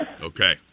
okay